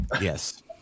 Yes